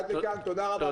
תודה רבה.